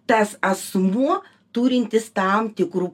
tas asmuo turintis tam tikrų